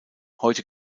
heute